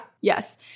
Yes